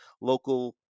local